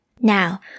Now